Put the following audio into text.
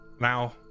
now